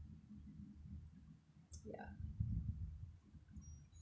ya